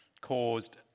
caused